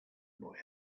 boy